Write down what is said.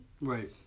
Right